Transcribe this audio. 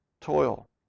toil